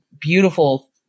beautiful